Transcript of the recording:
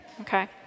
Okay